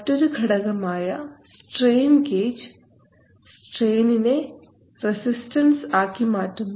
മറ്റൊരു ഘടകമായ strain gauge strain നെ റെസിസ്റ്റൻസ് ആക്കി മാറ്റുന്നു